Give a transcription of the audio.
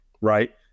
Right